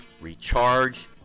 recharge